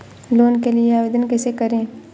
Loan के लिए आवेदन कैसे करें?